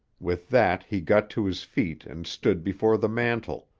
with that he got to his feet and stood before the mantel,